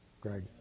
Greg